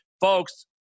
folks